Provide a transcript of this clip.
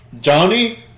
Johnny